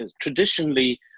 traditionally